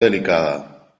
delicada